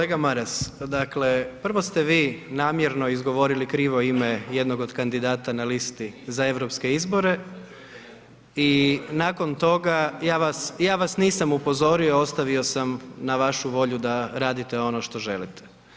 Kolega Maras, dakle, prvo ste vi namjerno izgovorili krivo ime jednog od kandidata na listi za europske izbore i nakon toga ja vas, ja vas nisam upozorio, ostavio sam na vašu volju da radite ono što želite.